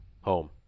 Home